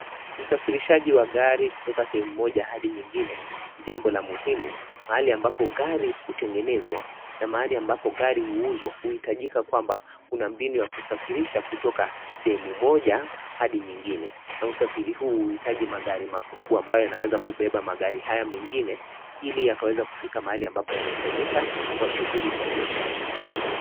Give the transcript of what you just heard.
Usafirishaji wa gari kutoka sehemu moja hadi nyingine ni jambo la muhimu. Mahali ambapo gari hutengenezwa , na mahali ambapo gari huuzwa huhitajika kwamba kuna mbinu ya kusafirisha kutoka sehemu moja hadi nyingine, na usafiri huu huhitaji magari makubwa ambayo yanaweza kubeba magari haya mengine ili yakaweza kufika mahali ambapo yanahitajika kwa shughuli ya biashara.